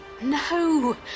No